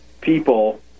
people